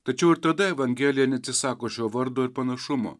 tačiau ir tada evangelija neatsisako šio vardo ir panašumo